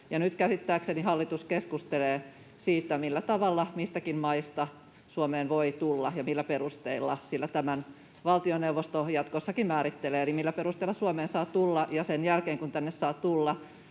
Nyt käsittääkseni hallitus keskustelee siitä, millä tavalla mistäkin maista Suomeen voi tulla ja millä perusteilla, sillä tämän valtioneuvosto jatkossakin määrittelee eli sen, millä perusteella Suomeen saa tulla. Sen jälkeen, kun tänne saa tulla,